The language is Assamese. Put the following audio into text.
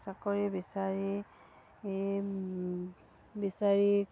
চাকৰি বিচাৰি বিচাৰি